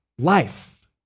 life